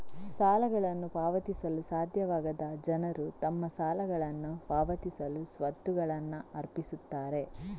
ಸಾಲಗಳನ್ನು ಪಾವತಿಸಲು ಸಾಧ್ಯವಾಗದ ಜನರು ತಮ್ಮ ಸಾಲಗಳನ್ನ ಪಾವತಿಸಲು ಸ್ವತ್ತುಗಳನ್ನ ಅರ್ಪಿಸುತ್ತಾರೆ